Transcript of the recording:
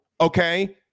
okay